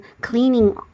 cleaning